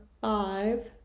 five